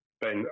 Ben